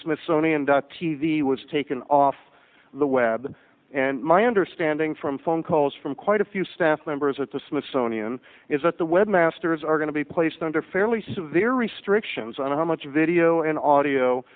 smithsonian dot tv was taken off the web and my understanding from phone calls from quite a few staff members at the smithsonian is that the web masters are going to be placed under fairly severe restrictions on how much video and audio